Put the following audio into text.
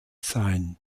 sein